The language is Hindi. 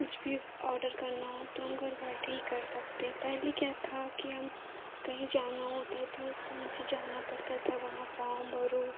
कुछ भी ऑर्डर करना हो तो हम घर बैठे ही कर सकते हैं पहले क्या था कि हम कहीं जाना हो तो मुझे जाना पड़ता था वहाँ फार्म भरो